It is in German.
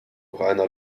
reiner